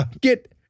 get